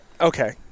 Okay